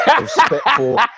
respectful